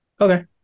Okay